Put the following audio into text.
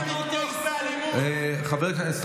ההתנתקות זה לא תירוץ לכל סבוטז' תפסיקו לתמוך באלימות.